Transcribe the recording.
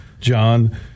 John